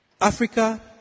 Africa